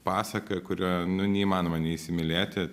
pasaka kuria nu neįmanoma neįsimylėti